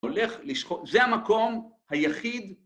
הולך לשחוק, זה המקום היחיד